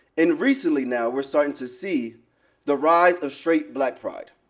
and recently now, we're starting to see the rise of straight black pride.